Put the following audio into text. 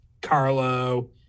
Carlo